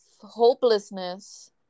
hopelessness